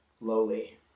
lowly